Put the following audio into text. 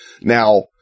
now